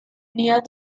near